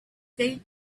date